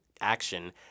action